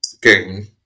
game